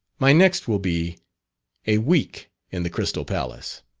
my next will be a week in the crystal palace.